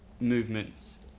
movements